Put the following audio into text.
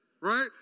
Right